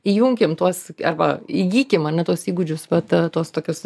įjunkime tuos arba įgykim ane tuos įgūdžius vat tuos tokius